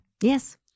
Yes